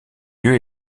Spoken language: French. lieu